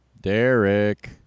Derek